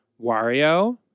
Wario